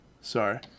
Sorry